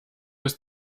ist